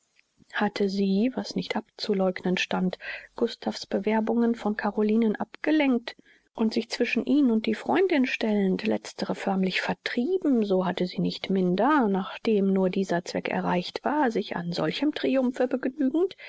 hatte sie was nicht abzuleugnen stand gustav's bewerbungen von carolinen abgelenkt und sich zwischen ihn und die freundin stellend letztere förmlich vertrieben so hatte sie nicht minder nachdem nur dieser zweck erreicht war sich an solchem triumphe begnügend